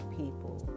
people